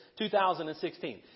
2016